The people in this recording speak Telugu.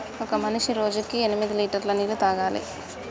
ఒక మనిషి రోజుకి ఎనిమిది లీటర్ల నీళ్లు తాగాలి